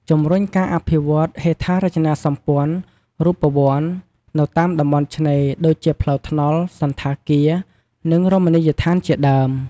ជំរុញការអភិវឌ្ឍន៍ហេដ្ឋារចនាសម្ព័ន្ធរូបវន្តនៅតាមតំបន់ឆ្នេរ ដូចជាផ្លូវថ្នល់ សណ្ឋាគារ និងរមណីយដ្ឋានជាដើម។